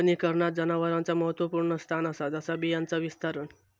वनीकरणात जनावरांचा महत्त्वपुर्ण स्थान असा जसा बियांचा विस्तारण